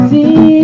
See